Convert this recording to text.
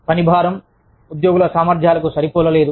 పనిభారం ఉద్యోగుల సామర్థ్యాలకు సరిపోలలేదు